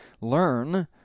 learn